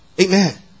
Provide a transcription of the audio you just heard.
amen